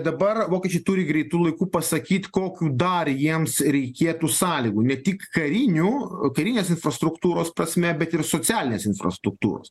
dabar vokiečiai turi greitu laiku pasakyt kokių dar jiems reikėtų sąlygų ne tik karinių karinės infrastruktūros prasme bet ir socialinės infrastruktūros